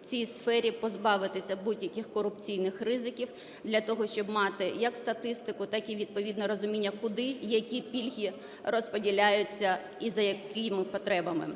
у цій сфері позбавитися будь-яких корупційних ризиків для того, щоб мати як статистику, так і відповідне розуміння, куди які пільги розподіляються і за якими потребами.